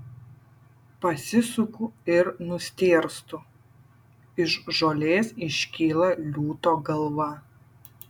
pasisuku ir nustėrstu iš žolės iškyla liūto galva